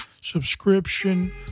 subscription